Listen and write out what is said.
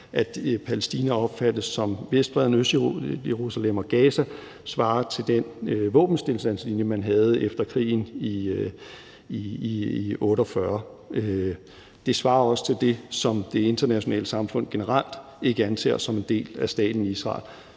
at Palæstina opfattes som Vestbredden, Østjerusalem og Gaza, svarer til den våbenstilstandslinje, man havde efter krigen i 1948. Det svarer også til det, som det internationale samfund generelt ikke anser som en del af staten Israel.